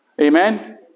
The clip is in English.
Amen